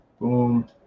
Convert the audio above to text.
Boom